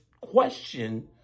question